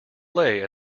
lay